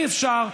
אי-אפשר,